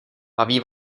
baví